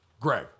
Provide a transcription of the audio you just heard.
Greg